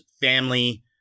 family